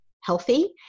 healthy